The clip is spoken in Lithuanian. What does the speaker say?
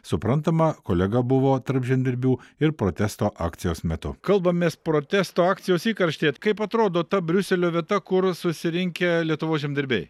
suprantama kolega buvo tarp žemdirbių ir protesto akcijos metu kalbamės protesto akcijos įkarštyje kaip atrodo ta briuselio vieta kur susirinkę lietuvos žemdirbiai